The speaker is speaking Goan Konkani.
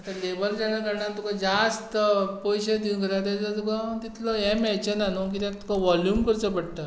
आतां लेबर जे हाडटात तुका जास्त पयशे दिवपक जाय ताचो तुका तितलें हो मेळचो ना न्हय तुका वॉल्यूम करचो पडटा